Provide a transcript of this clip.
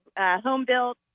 home-built